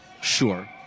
sure